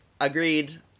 Agreed